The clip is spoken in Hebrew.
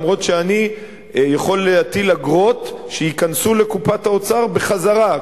גם אם אני יכול להטיל אגרות שייכנסו לקופת האוצר בחזרה.